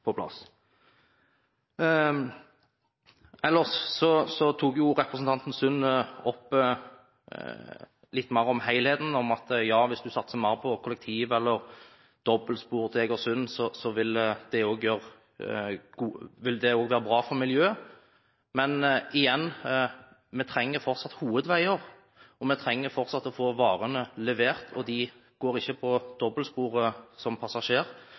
på plass. Ellers tok representanten Sund opp litt mer om helheten: Hvis du satser mer på kollektiv og dobbeltspor til Egersund, ville det også være bra for miljøet. Men igjen: Vi trenger fortsatt hovedveier, og vi trenger fortsatt å få varene levert, og de går ikke på dobbeltsporet som